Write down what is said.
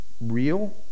real